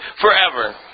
forever